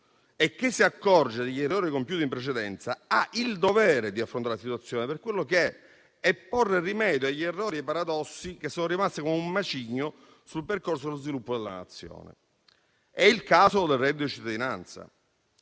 che si accorge degli errori compiuti in precedenza, ha il dovere di affrontare la situazione per quello che è, ponendo rimedio agli errori e ai paradossi, che sono rimasti come un macigno sul percorso dello sviluppo della Nazione. È questo il caso del reddito di cittadinanza.